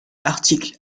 articles